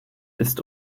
ist